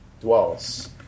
dwells